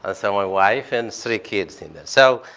ah so my wife and three kids in that. so